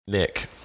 Nick